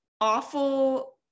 awful